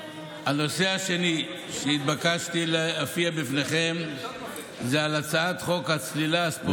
הנושא השני שהתבקשתי להופיע בפניכם זה על הצעת חוק הצלילה הספורטיבית,